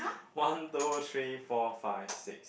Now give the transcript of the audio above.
one two three four five six